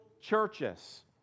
churches